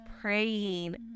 praying